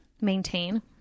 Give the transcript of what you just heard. Maintain